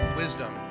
wisdom